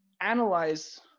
analyze